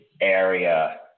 area